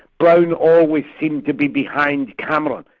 brown always seemed to be behind cameron.